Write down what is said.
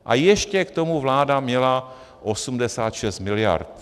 A ještě k tomu vláda měla 86 mld.